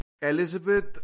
Elizabeth